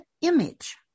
image